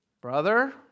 Brother